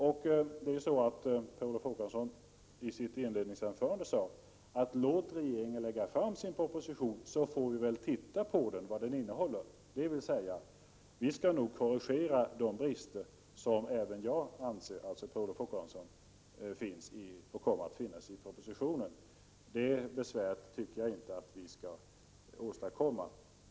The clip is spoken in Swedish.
Per Olof Håkansson sade i sitt inledningsanförande: Låt regeringen lägga fram sin proposition så får vi se vad den innehåller, dvs. vi skall nog korrigera de brister som även jag, Per Olof Håkansson, anser kommer att finnas i propositionen. Det besväret tycker jag inte att vi skall åstadkomma.